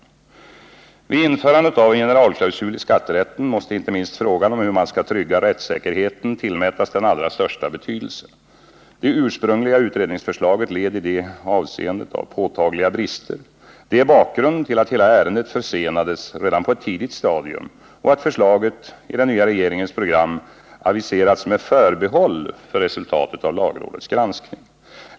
Vid införandet av en generalklausul i skatterätten måste inte minst frågan om hur man skall trygga rättssäkerheten tillmätas den allra största betydelse. Det ursprungliga utredningsförslaget led i detta avseende av påtagliga brister. Det är bakgrunden till att hela ärendet försenades redan på ett tidigt stadium och att förslaget i den nya regeringens program aviserats med förbehåll för resultatet av lagrådets granskning.